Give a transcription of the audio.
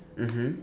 mmhmm